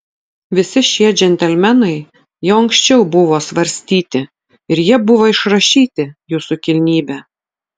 visi šie džentelmenai jau anksčiau buvo svarstyti ir jie buvo išrašyti jūsų kilnybe